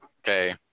Okay